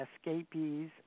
escapees